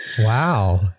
Wow